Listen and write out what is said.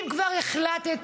אם כבר החלטתם